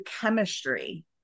chemistry